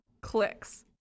clicks